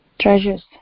Treasures